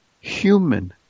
human